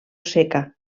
seca